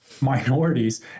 minorities